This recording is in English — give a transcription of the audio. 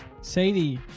sadie